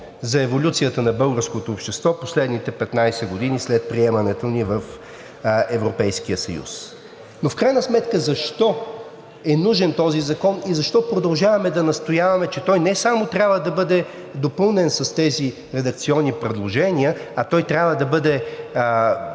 за еволюцията на българското общество в последните 15 години след приемането ни в Европейския съюз. Но в крайна сметка защо е нужен този закон и защо продължаваме да настояваме, че той не само трябва да бъде допълнен с тези редакционни предложения, а той трябва да бъде